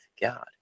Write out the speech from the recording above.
God